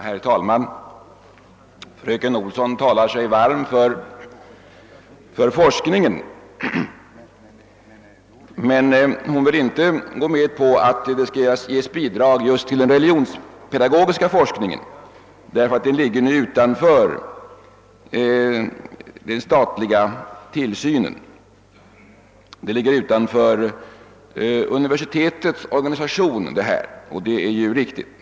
Herr talman! Fröken Olsson talade sig varm för forskningen, men hon ville inte vara med om att ge bidrag just till den religionspedagogiska forskningen, därför att den nu genom att den drivs utanför universitetens organisation inte faller under den statliga tillsynen.